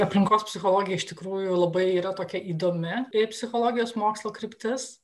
aplinkos psichologija iš tikrųjų labai yra tokia įdomi psichologijos mokslo kryptis